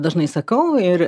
dažnai sakau ir